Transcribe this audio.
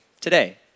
today